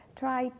try